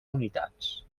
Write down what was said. unitats